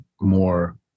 more